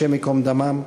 השם ייקום דמם.